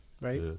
right